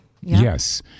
Yes